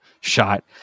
shot